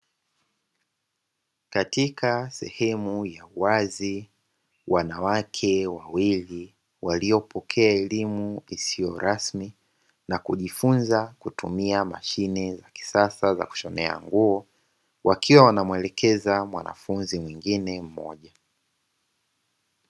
Katika sehemu ya wazi wanawake wawili waliopokea elimu isiyo rasmi na kujifunza kutumia mashine za kisasa za kushonea nguo, wakiwa wanamuelekeza mwanafunzi mmoja.